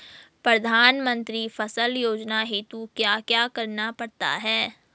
प्रधानमंत्री फसल योजना हेतु क्या क्या करना पड़ता है?